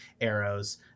arrows